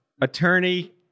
attorney